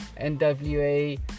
nwa